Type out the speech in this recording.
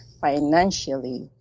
financially